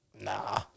nah